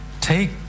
Take